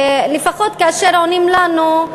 לפחות כאשר עונים לנו,